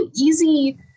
easy